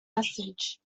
message